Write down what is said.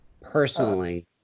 personally